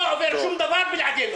לא עובר שום דבר בלעדינו,